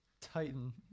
Titan